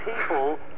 people